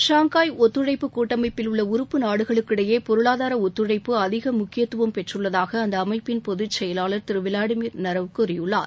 Shanghai ஒத்துழைப்பு கூட்டமைப்பில் உள்ள உறுப்பு நாடுகளுக்கு இடையே பொருளாதார ஒத்துழைப்பு அதிக முக்கியத்துவம் பெற்றுள்ளதாக அந்த அமைப்பின் பொதுச்செயலாளர் திரு விளாடிமிர் நரவ் தெரிவித்துள்ளார்